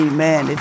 Amen